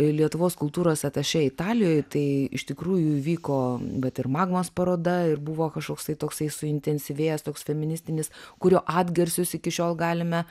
lietuvos kultūros atašė italijoj tai iš tikrųjų įvyko bet ir magmos paroda ir buvo kažkoksai toksai suintensyvėjęs toks feministinis kurio atgarsius iki šiol galime